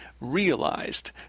realized